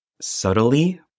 subtly